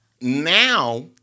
Now